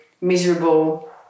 miserable